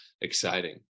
exciting